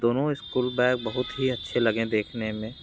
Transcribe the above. दोनों school bag बहुत ही अच्छे लगे देखने में